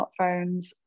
smartphones